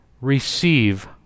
receive